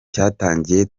cyatangiye